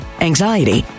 anxiety